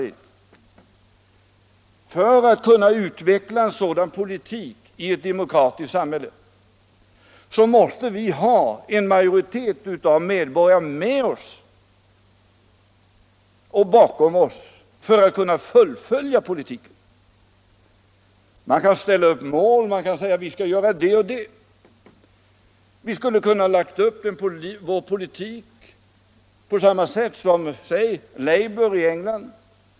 För att kunna fullfölja en sådan politik som det här gäller i ett demokratiskt samhälle måste vi ha en majoritet av medborgarna med oss och bakom oss. Man kan ställa upp mål för vad vi skall göra. Man kan t.ex. säga att vi skulle ha kunnat lägga upp vår politik på samma sätt som det engelska labourpartiet gjort.